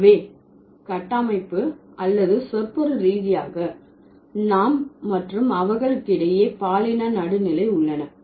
எனவே கட்டமைப்பு அல்லது சொற்பொருள் ரீதியாக நாம் மற்றும் அவர்களுக்கிடையே பாலின நடுநிலை உள்ளன